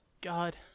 god